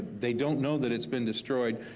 they don't know that it's been destroyed,